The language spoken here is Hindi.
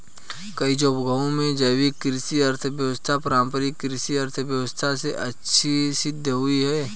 कई जगहों में जैविक कृषि अर्थव्यवस्था पारम्परिक कृषि अर्थव्यवस्था से अच्छी सिद्ध हुई है